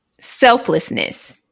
selflessness